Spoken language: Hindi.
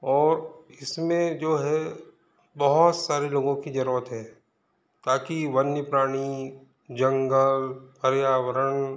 और इसमें जो है बहुत सारे लोगों की जरूरत है ताकि वन्य प्राणी जंगल पर्यावरण